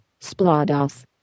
Splados